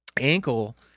ankle